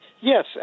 Yes